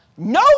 No